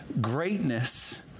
greatness